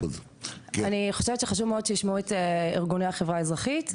אני חושבת שחשוב מאוד שישמעו את ארגוני החברה האזרחית,